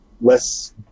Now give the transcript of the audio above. less